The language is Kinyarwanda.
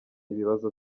ibibazo